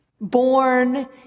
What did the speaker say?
born